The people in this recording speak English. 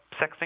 sexing